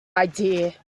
idea